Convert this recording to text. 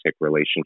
relationship